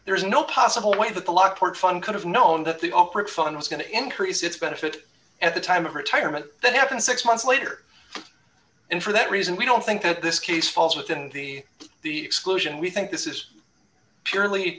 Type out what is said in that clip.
there is no possible way that the lockport fun could have known that the opera fund was going to increase its benefit at the time of retirement that happened six months later and for that reason we don't think that this case falls within the exclusion we think this is purely